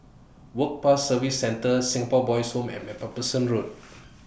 Work Pass Services Centre Singapore Boys' Home and MacPherson Road